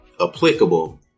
applicable